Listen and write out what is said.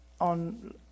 on